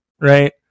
right